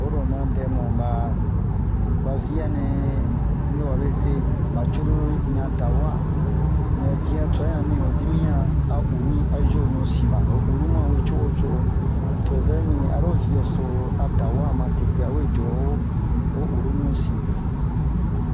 oyi ro oma dɛ mu ba ba via nɛ mi wabe se ba cruru yan da wa mɛ via twa han mi ho dimiyan a uru a jonu sin ba ho uru ma we co'o co'o to o vɛ mi aro vio so a da wa ma tete a we jo'o ho uru ɲusin